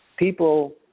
People